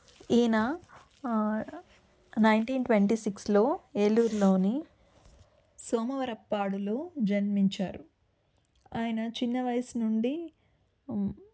ఈయన nineteen twenty సిక్స్లో ఏలూరులోని సోమవరప్పాడులో జన్మించారు ఆయన చిన్న వయసు నుండి